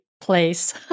place